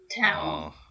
town